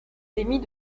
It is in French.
démis